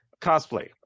cosplay